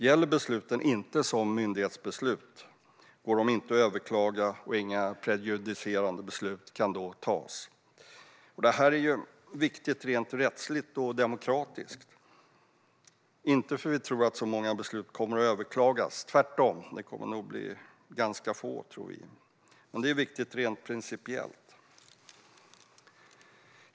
Gäller besluten inte som myndighetsbeslut går de inte att överklaga, och då kan inga prejudicerande beslut fattas. Det här är viktigt rent rättsligt och demokratiskt. Inte för att vi tror att många beslut kommer att överklagas - tvärtom kommer det nog att bli ganska få. Men det är viktigt rent principiellt.